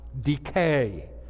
decay